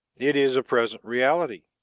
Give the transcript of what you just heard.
it is a present reality.